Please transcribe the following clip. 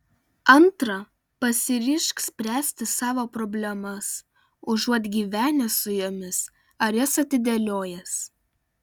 antra pasiryžk spręsti savo problemas užuot gyvenęs su jomis ar jas atidėliojęs